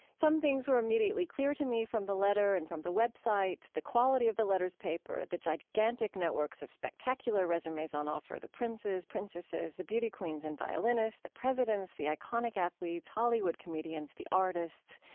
some things were immediately clear to me from the letter and from the web site, the quality of the letter's paper, the gigantic networks of spectacular resumes on offer the princes, princesses, the beauty queens and violinists, the presidents, the iconic athletes, hollywood comedians, the artists,